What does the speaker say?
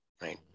Right